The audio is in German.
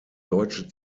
deutsche